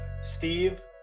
Steve